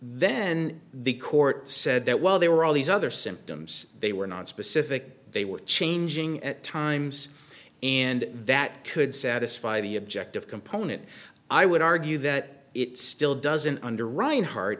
then the court said that while they were all these other symptoms they were nonspecific they were changing at times and that could satisfy the objective component i would argue that it still doesn't under r